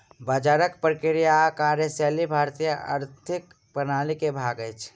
बजारक प्रक्रिया आ कार्यशैली भारतीय आर्थिक प्रणाली के भाग अछि